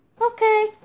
Okay